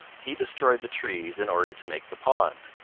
he destroyed the trees in order to make the pond.